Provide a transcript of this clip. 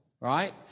right